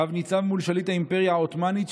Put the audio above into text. הרב ניצב מול שליט האימפריה העות'מאנית,